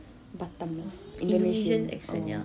batam lah indonesian oh